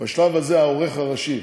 בשלב הזה העורך הראשי,